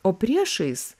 o priešais